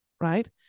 right